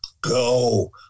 go